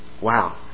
Wow